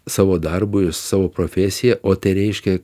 savo darbu ir savo profesija o tai reiškia